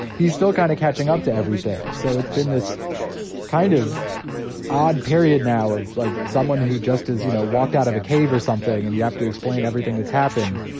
he's still kind of catching up to everything. so it's been this kind of odd period now of, like, someone who just has you know walked out of a cave or something, and you have to explain everything that's happened.